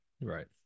Right